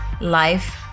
life